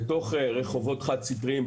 בתוך רחובות חד סטריים,